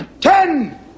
Ten